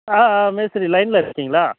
ஆ ஆ மேஸ்திரி லயனில் இருக்கிங்களா